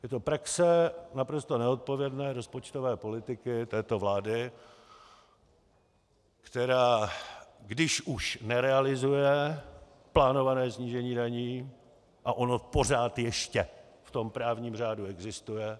Je to praxe naprosto neodpovědné rozpočtové politiky této vlády, která když už nerealizuje plánované snížení daní a ono pořád ještě v tom právním řádu existuje.